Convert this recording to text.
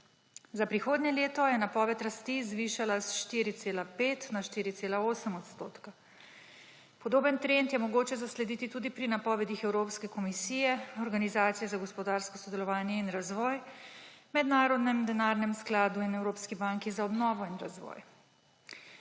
Za prihodnje leto je napoved rasti zvišala s 4,5 na 4,8 odstotka. Podoben trend je mogoče zaslediti tudi pri napovedih Evropske komisije, Organizacije za gospodarsko sodelovanje in razvoj, Mednarodnega denarnega sklada in Evropske banke za obnovo in razvoj.